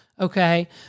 Okay